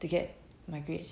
to get my grades